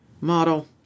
model